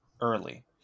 early